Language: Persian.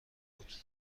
بود